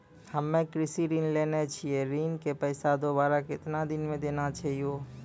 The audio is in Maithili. हम्मे कृषि ऋण लेने छी ऋण के पैसा दोबारा कितना दिन मे देना छै यो?